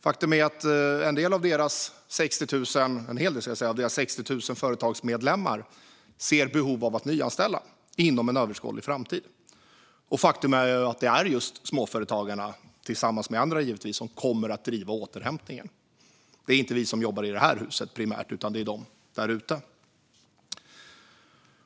Faktum är att en hel del av deras 60 000 företagsmedlemmar ser behov av att nyanställa inom en överskådlig framtid, och faktum är att det är just småföretagarna, givetvis tillsammans med andra, som kommer att driva återhämtningen. Det är inte primärt vi som jobbar i det här huset, utan det är de där ute.